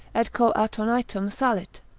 et cor attonitum salit,